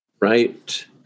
Right